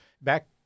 Back